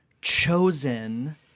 chosen